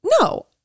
no